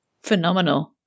Phenomenal